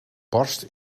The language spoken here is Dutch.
barst